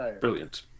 Brilliant